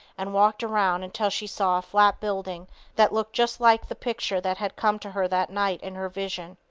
and walked around until she saw a flat building that looked just like the picture that had come to her that night in her vision.